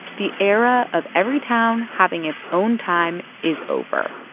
the era of every town having its own time is over.